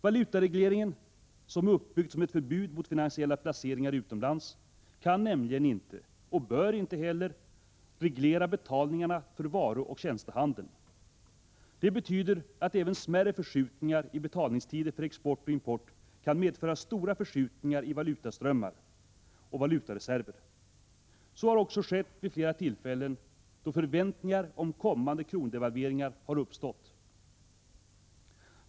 Valutaregleringen, som är uppbyggd som ett förbud mot finansiella placeringar utomlands, kan nämligen inte — och bör inte heller — reglera betalningarna för varuoch tjänstehandeln. Det betyder att även smärre förskjutningar i betalningstider för export och import kan medföra stora förskjutningar i valutaströmmar och valutareserver. Så har också skett vid flera tillfällen då förväntningar om kommande krondevalveringar har uppstått.